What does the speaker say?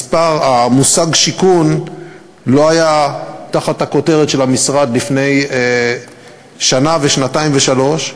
המושג "שיכון" לא היה תחת הכותרת של המשרד לפני שנה ושנתיים ושלוש שנים,